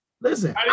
Listen